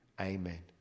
Amen